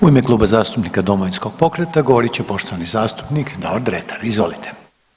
U ime Kluba zastupnika Domovinskog pokreta govorit će poštovani zastupnik Davor Dretar, izvolite.